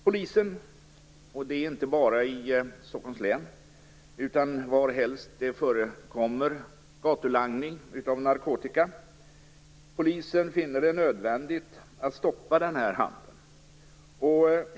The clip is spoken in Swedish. Polisen - inte bara i Stockholms län utan varhelst det förekommer gatulangning av narkotika - finner det nödvändigt att stoppa den här handeln.